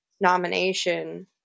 nomination